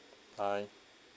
bye